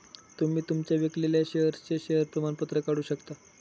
तुम्ही तुमच्या विकलेल्या शेअर्सचे शेअर प्रमाणपत्र काढू शकता